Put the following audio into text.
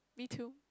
me too